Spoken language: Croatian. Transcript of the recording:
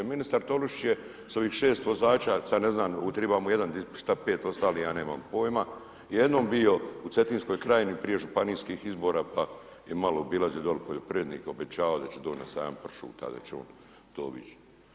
Ministar Tolušić je s ovih 6 vozača, sad ne znam, treba mu jedan, šta 5 ostalih, ja nemam pojma, jednom bio u Cetinskoj krajini prije županijskih izbora pa je malo obilazio dole poljoprivrednike, obećavao da će doći na sajam pršuta, da će on to obići.